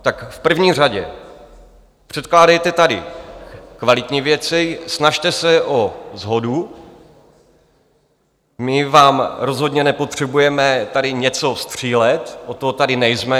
Tak v první řadě, předkládejte tady kvalitní věci, snažte se o shodu, my vám rozhodně nepotřebujeme tady něco střílet, od toho tady nejsme.